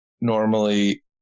normally